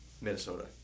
Minnesota